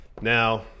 Now